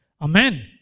Amen